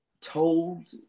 told